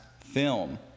film